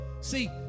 See